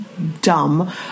dumb